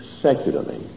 secularly